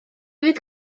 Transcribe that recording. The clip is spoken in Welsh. fydd